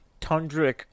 tundric